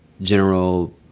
general